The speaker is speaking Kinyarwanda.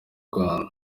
rwanda